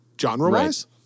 genre-wise